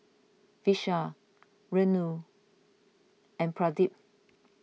Vishal Renu and Pradip